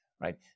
Right